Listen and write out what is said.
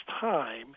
time